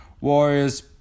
Warriors